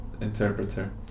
interpreter